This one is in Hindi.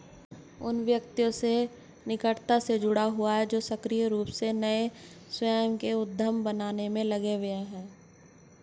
उन व्यक्तियों से निकटता से जुड़ा हुआ है जो सक्रिय रूप से नए स्वयं के उद्यम बनाने में लगे हुए हैं